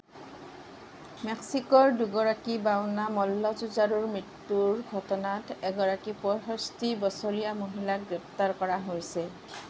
মেক্সিকোৰ দুগৰাকী বাওনা মল্লযুঁজাৰুৰ মৃত্যুৰ ঘটনাত এগৰাকী পঁয়ষষ্ঠি বছৰীয়া মহিলাক গ্ৰেপ্তাৰ কৰা হৈছে